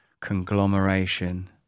Conglomeration